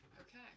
Okay